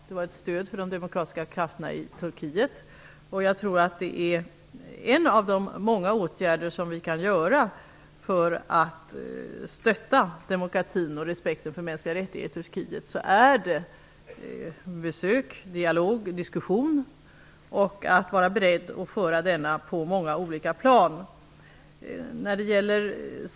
Det var ett stöd för de demokratiska krafterna i Turkiet. Jag tror att några av de många åtgärder som vi kan vidta för att stötta demokratin och respekten för mänskliga rättigheter i Turkiet är besök, dialog, diskussion och att man är beredd att föra denna på många olika plan.